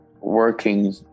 working